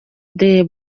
the